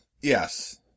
Yes